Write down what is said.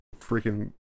freaking